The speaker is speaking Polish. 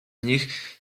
nich